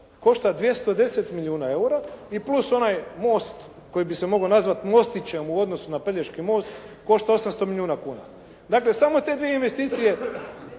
košta 210 milijuna eura i plus onaj most koji bi se mogao nazvati mostićem u odnosu na Pelješki most, košta 800 milijuna kuna. Dakle, samo te dvije investicije